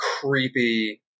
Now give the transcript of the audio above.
creepy